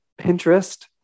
Pinterest